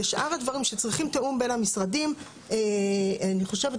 ושאר הדברים שצריכים תיאום בין המשרדים אני חושבת,